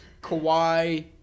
Kawhi